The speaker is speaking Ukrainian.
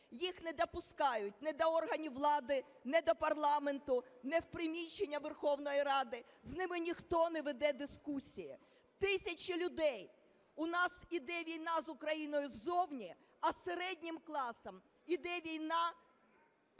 Їх не допускають ні до органів влади, ні до парламенту, ні в приміщення Верховної Ради, з ними ніхто не веде дискусії. Тисячі людей, у нас йде війна з Україною ззовні, а з середнім класом… йде війна